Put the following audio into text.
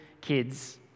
kids